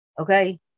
Okay